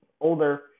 older